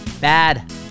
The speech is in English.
bad